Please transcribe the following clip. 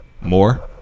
more